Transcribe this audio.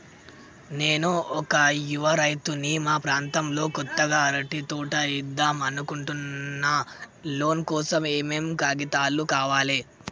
నేను ఒక యువ రైతుని మా ప్రాంతంలో కొత్తగా అరటి తోట ఏద్దం అనుకుంటున్నా లోన్ కోసం ఏం ఏం కాగితాలు కావాలే?